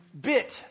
bit